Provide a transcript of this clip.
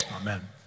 Amen